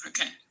Okay